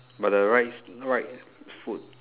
but the right the right foot